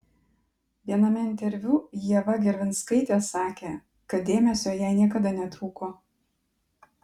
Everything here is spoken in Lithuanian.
viename interviu ieva gervinskaitė sakė kad dėmesio jai niekada netrūko